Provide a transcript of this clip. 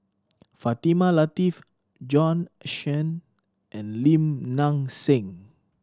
Fatimah Lateef Bjorn Shen and Lim Nang Seng